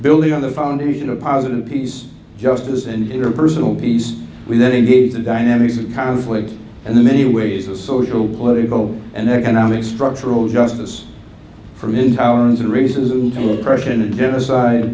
building on the foundation of positive peace justice and interpersonal peace we then gave the dynamics of conflict and the many ways a social political and economic structural justice from in towers and racism to oppression and genocide